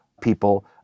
people